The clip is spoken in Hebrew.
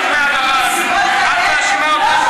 ואת מאשימה אותנו?